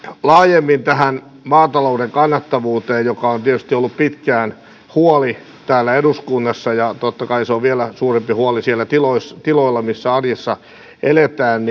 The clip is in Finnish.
laajemmin tähän maatalouden kannattavuuteen joka on tietysti ollut pitkään huoli täällä eduskunnassa ja totta kai se on vielä suurempi huoli siellä tiloilla tiloilla missä arjessa eletään